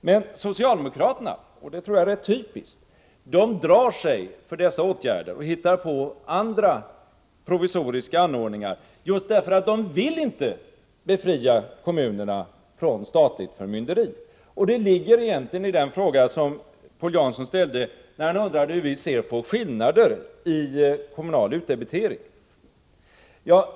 Men socialdemokraterna — och det tror jag är rätt typiskt — drar sig för dessa åtgärder och hittar på andra provisoriska anordningar just därför att de inte vill befria kommunerna från statligt förmynderi. Det ligger egentligen i den fråga som Paul Jansson ställde när han undrade hur vi ser på skillnader i kommunal utdebitering.